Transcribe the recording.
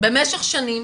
אחים שכולים במשך שנים